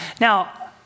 Now